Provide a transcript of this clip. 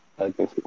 Okay